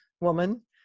woman